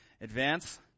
advance